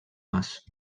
mas